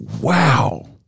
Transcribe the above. wow